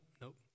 Nope